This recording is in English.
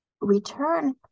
return